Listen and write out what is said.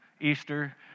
Easter